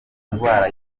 indwara